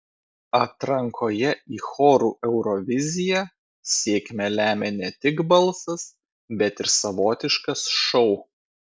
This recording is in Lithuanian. atrankoje į chorų euroviziją sėkmę lemia ne tik balsas bet ir savotiškas šou